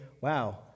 wow